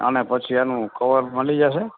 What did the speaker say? આના પછી આનું કવર મળી જશે